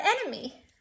enemy